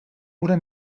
bude